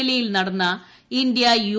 ഡൽഹിയിൽ നടന്ന India U